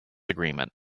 agreement